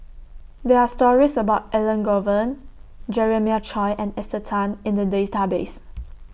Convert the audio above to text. There Are stories about Elangovan Jeremiah Choy and Esther Tan in The Database